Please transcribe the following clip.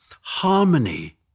harmony